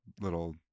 little